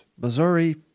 Missouri